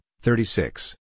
thirty-six